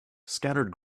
scattered